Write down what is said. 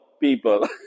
people